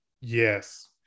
yes